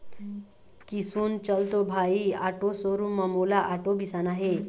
किसुन चल तो भाई आटो शोरूम म मोला आटो बिसाना हे